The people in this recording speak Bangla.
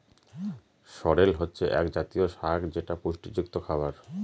সরেল হচ্ছে এক জাতীয় শাক যেটা পুষ্টিযুক্ত খাবার